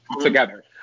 together